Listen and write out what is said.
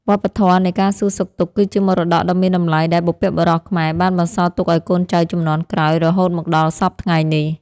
វប្បធម៌នៃការសួរសុខទុក្ខគឺជាមរតកដ៏មានតម្លៃដែលបុព្វបុរសខ្មែរបានបន្សល់ទុកឱ្យកូនចៅជំនាន់ក្រោយរហូតមកដល់សព្វថ្ងៃនេះ។